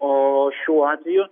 o šiuo atveju